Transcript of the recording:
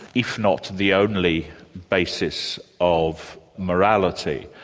if not the only basis, of morality.